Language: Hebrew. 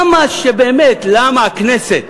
באמת, למה הכנסת,